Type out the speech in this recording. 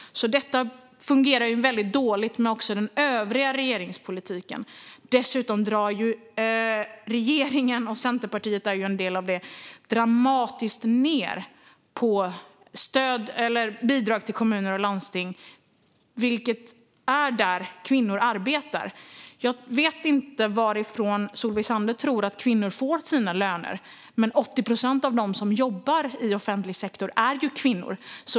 Detta fungerar väldigt dåligt också med den övriga regeringspolitiken. Dessutom drar regeringen och Centerpartiet dramatiskt ned på bidrag till kommuner och landsting, där kvinnor ju arbetar. Jag vet inte varifrån Solveig Zander tror att kvinnor får sina löner, men 80 procent av dem som jobbar i offentlig sektor är kvinnor.